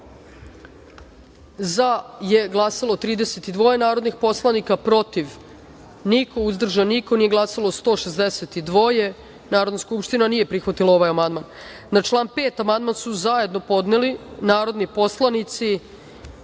za je glasalo – 47 narodnih poslanika, protiv – niko, uzdržan – niko, nije glasalo – 151.Narodna skupština nije prihvatila ovaj amandman. Na član 6. su zajedno podneli narodni poslanici